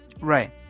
Right